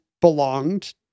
belonged